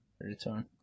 return